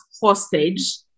hostage